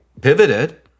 pivoted